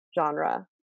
genre